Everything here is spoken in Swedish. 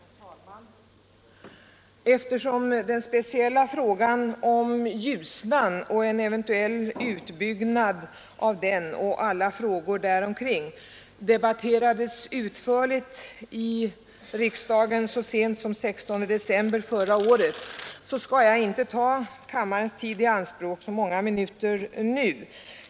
Herr talman! Eftersom den speciella frågan om en eventuell utbyggnad av Ljusnan samt alla frågor där omkring debatterades utförligt i riksdagen så sent som den 16 december förra året, skall jag nu inte ta kammarens tid i anspråk under många minuter.